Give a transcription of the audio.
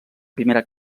primera